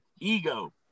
ego